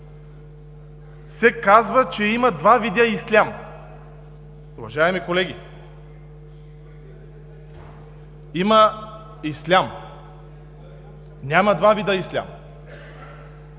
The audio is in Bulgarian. се казва, че има два вида ислям. Уважаеми колеги, има ислям, а няма два вида ислям!